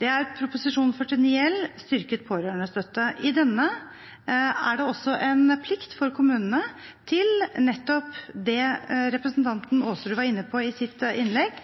Det er Prop. 49 L for 2016–2017, om styrket pårørendestøtte. I denne er det også en plikt for kommunene til nettopp det representanten Aasrud var inne på i sitt innlegg: